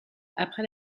après